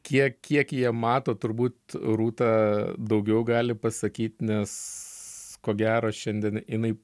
kiek kiek jie mato turbūt rūta daugiau gali pasakyt nes ko gero šiandien jinai